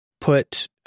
put